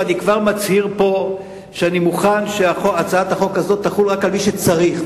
ואני כבר מצהיר פה שאני מוכן שהצעת החוק תחול רק על מי שצריך.